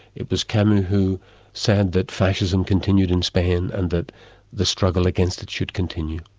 it was camus who said that fascism continued in spain, and that the struggle against it should continue.